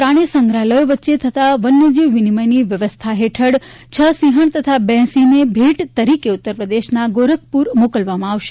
પ્રાણીસંગ્રહાલયો વચ્ચે થતા વન્ય જીવ વિનિમયની વ્યવસ્થા હેઠળ હ સિંહજ઼ તથા બે સિંહને ભેટ તરીકે ઉત્તરપ્રદેશના ગોરખપુર મોકલવામાં આવશે